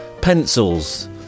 pencils